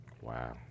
Wow